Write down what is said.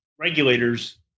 Regulators